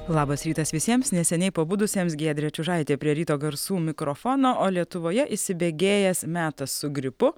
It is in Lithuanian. labas rytas visiems neseniai pabudusiems giedrė čiužaitė prie ryto garsų mikrofono o lietuvoje įsibėgėjęs metas su gripu